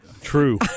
True